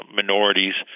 minorities